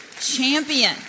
champion